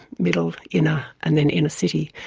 middle, inner, and then inner city,